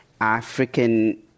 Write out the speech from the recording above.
African